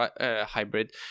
hybrid